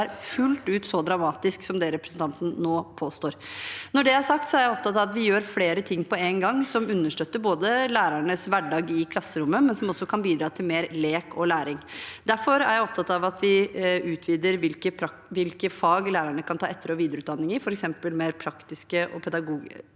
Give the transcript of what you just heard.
er fullt så dramatisk som det representanten nå påstår. Når det er sagt, er jeg opptatt av at vi gjør flere ting på en gang som både understøtter lærernes hverdag i klasserommet, og som kan bidra til mer lek og læring. Derfor er jeg opptatt av at vi utvider hvilke fag lærerne kan ta etter- og videreutdanning i, f.eks. mer praktiske og estetiske